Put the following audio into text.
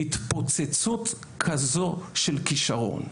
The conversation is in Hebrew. התפוצצות כזו של כישרון,